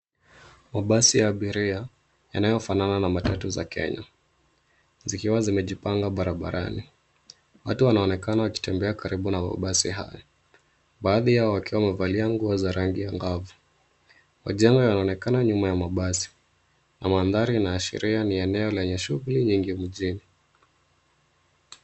Mabasi ya abiria yanayofanana na matatu za Kenya, zikiwa zimejipanga barabarani. Watu wanaonekana wakitembea karibu na mabasi haya. Baadhi yao wakiwa wamevalia nguo za rangi angavu. Majengo yanaonekana nyuma ya mabasi na mandhari yanaashiria ni eneo lenye shughuli nyingi mjini.